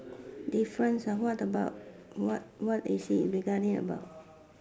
difference ah what about what what is it regarding about